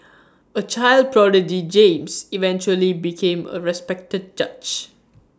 A child prodigy James eventually became A respected judge